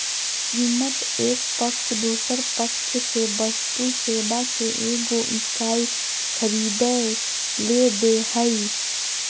कीमत एक पक्ष दोसर पक्ष से वस्तु सेवा के एगो इकाई खरीदय ले दे हइ